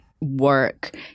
work